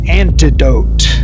antidote